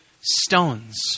stones